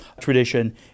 tradition